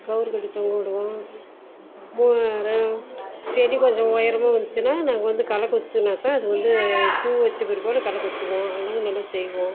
கயிறு கட்டி தொங்க விடுவோம் செடி கொஞ்சம் உயரமா வந்துச்சினால் நாங்கள் வந்து களைனாக்கா அது வந்து பூ வச்ச பிற்பாடு களை பறிச்சிக்குவோம் செய்வோம்